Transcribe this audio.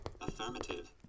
Affirmative